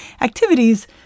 activities